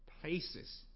places